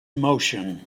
motion